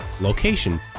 location